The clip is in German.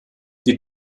die